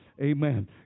amen